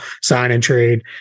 sign-and-trade